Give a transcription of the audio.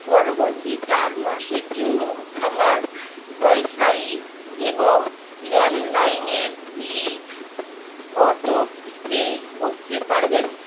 পরবর্তী চার মাসের জন্য আমার ওয়াইফাই এবং ল্যান্ড লাইনের বিল অটো পে করতে পারবেন